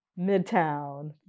Midtown